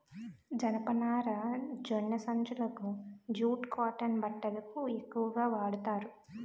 జనపనార గోనె సంచులకు జూట్ కాటన్ బట్టలకు ఎక్కువుగా వాడతారు